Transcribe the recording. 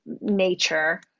nature